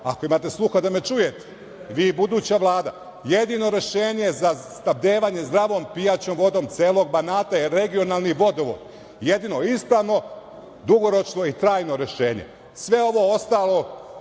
ako imate sluha da me čujete, vi i buduća vlada, jedino rešenje za snabdevanje zdravom pijaćom vodom celog Banata je regionalni vodovod. Jedino ispravno, dugoročno i trajno rešenje, a sve ovo ostalo